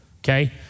okay